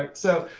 like so